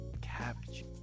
Cabbage